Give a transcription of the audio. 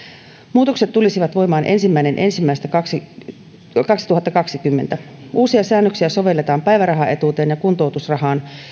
muutokset tulisivat voimaan ensimmäinen ensimmäistä kaksituhattakaksikymmentä uusia säännöksiä sovelletaan päivärahaetuuteen ja kuntoutusrahaan